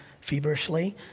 feverishly